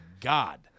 God